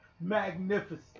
magnificent